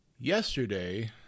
Yesterday